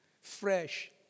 Fresh